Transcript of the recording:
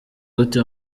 gute